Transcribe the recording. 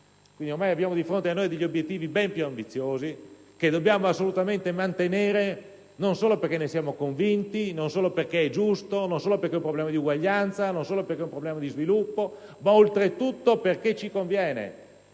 Ormai abbiamo di fronte a noi degli obiettivi ben più ambiziosi che dobbiamo assolutamente mantenere fermi: non solo perché ne siamo convinti, non solo perché è giusto, non solo perché è un problema di uguaglianza e di sviluppo, ma perché ci conviene.